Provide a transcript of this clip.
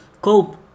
cope